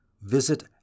visit